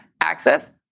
access